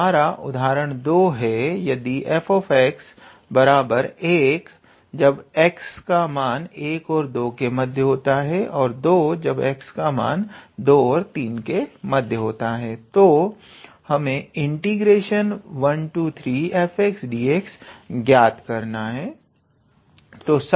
तो हमारा उदाहरण 2 है यदि fx1 for 1 ≤ x ≤ 2 2 for 2 ≤ x ≤ 3 तो 13fdx ज्ञात करें